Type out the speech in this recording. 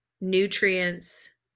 nutrients